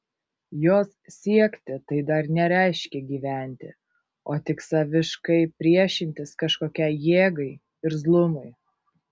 jos siekti tai dar nereiškia gyventi o tik saviškai priešintis kažkokiai jėgai irzlumui